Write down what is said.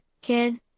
kid